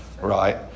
right